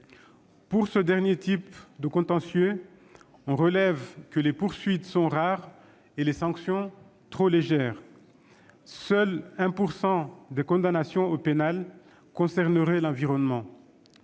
Pour ce dernier type de contentieux, on relève que les poursuites sont rares et les sanctions trop légères : seules 1 % des condamnations au pénal concerneraient l'environnement.